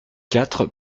quatre